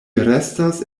restas